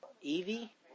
Evie